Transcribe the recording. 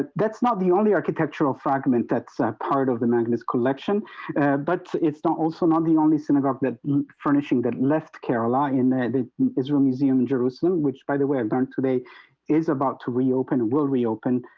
but that's not the only architectural fragment. that's part of the magnets collection but it's not also not the only synagogue that furnishing that left kerala in the the israel museum in jerusalem which by the way i learned today is about to reopen will reopen